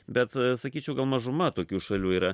bet sakyčiau gal mažuma tokių šalių yra